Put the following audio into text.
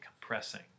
compressing